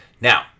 Now